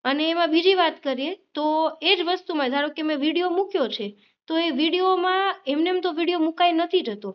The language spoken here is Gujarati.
અને એમાં બીજી વાત કરીએ તો એજ વસ્તુ ધારોકે મેં વિડીયો મૂક્યો છે વિડીયોમાં એમનેમ તો વિડીયો મૂકાઈ નથી જતો